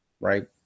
Right